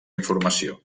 informació